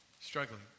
struggling